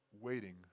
waiting